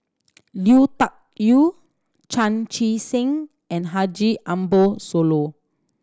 Lui Tuck Yew Chan Chee Seng and Haji Ambo Sooloh